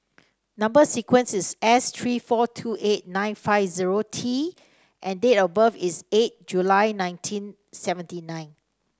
number sequence is S three four two eight nine five zero T and date of birth is eight July nineteen seventy nine